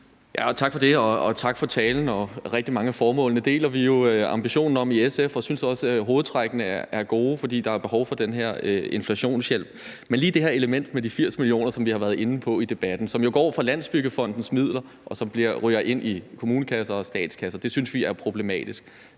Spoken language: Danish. Tak for det, og tak for talen. Rigtig mange af formålene deler vi jo ambitionen om i SF, og vi synes også, at hovedtrækkene er gode, fordi der er behov for den her inflationshjælp. Men lige det her element med de 80 mio. kr., som vi har været inde på i debatten, som jo går fra Landsbyggefondens midler, og som ryger ind i kommunekasser og statskasser, synes vi er problematisk.